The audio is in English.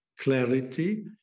clarity